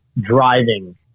driving